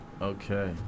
Okay